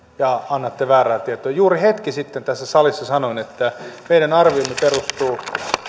ja annatte väärää tietoa juuri hetki sitten tässä salissa sanoin että meidän arviomme perustuu